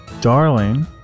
darling